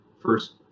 First